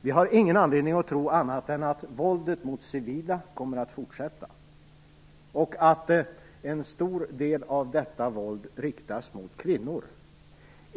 Vi har ingen anledning att tro annat än att våldet mot civila kommer att fortsätta och att en stor del av detta våld riktas mot kvinnor.